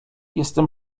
jestem